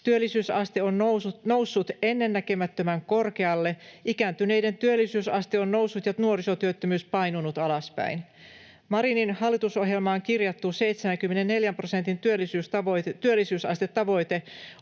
Työllisyysaste on noussut ennennäkemättömän korkealle. Ikääntyneiden työllisyysaste on noussut ja nuorisotyöttömyys painunut alaspäin. Marinin hallitusohjelmaan kirjattu 74 prosentin työllisyysastetavoite